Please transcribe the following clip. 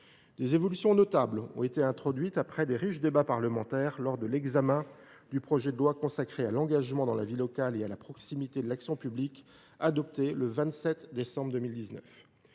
Des évolutions notables ont été introduites après de riches débats parlementaires lors de l’examen de la loi relative à l’engagement dans la vie locale et à la proximité de l’action publique, promulguée le 27 décembre 2019.